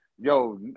yo